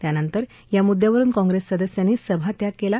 त्यानंतर या मुद्यावरुन काँग्रेस सदस्यांनी सभात्याग केला